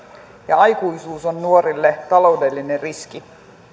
ja aikuisuus on nuorille taloudellinen riski